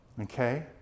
Okay